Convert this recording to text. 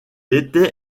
était